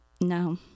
No